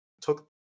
took